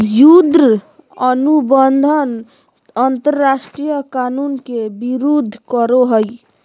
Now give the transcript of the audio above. युद्ध अनुबंध अंतरराष्ट्रीय कानून के विरूद्ध करो हइ